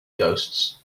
ghosts